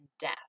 death